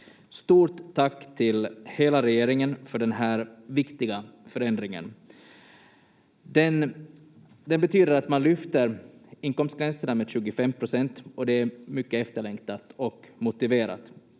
Stort tack till hela regeringen för den här viktiga förändringen. Den betyder att man lyfter inkomstgränserna med 25 procent, och det är mycket efterlängtat och motiverat.